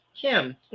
Kim